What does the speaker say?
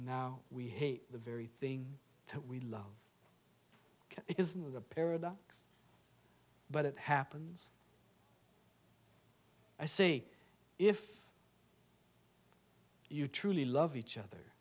now we hate the very thing that we love isn't a paradox but it happens i see if you truly love each other